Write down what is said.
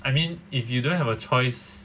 I mean if you don't have a choice